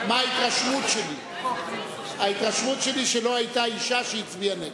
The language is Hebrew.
ההתרשמות שלי היא שלא היתה אשה שהצביעה נגד.